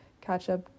catch-up